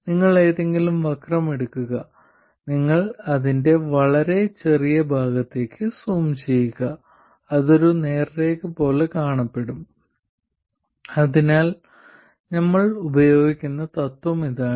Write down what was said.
നിങ്ങൾ ഏതെങ്കിലും വക്രം എടുക്കുക നിങ്ങൾ അതിന്റെ വളരെ ചെറിയ ഭാഗത്തേക്ക് സൂം ചെയ്യുക അത് ഒരു നേർരേഖ പോലെ കാണപ്പെടും അതിനാൽ ഞങ്ങൾ ഉപയോഗിക്കുന്ന തത്വം ഇതാണ്